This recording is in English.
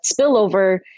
spillover